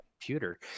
computer